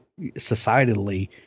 societally